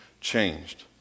changed